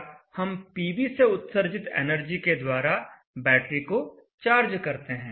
इस प्रकार हम पीवी से उत्सर्जित एनर्जी के द्वारा बैटरी को चार्ज करते हैं